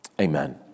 Amen